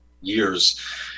years